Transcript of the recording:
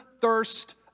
thirst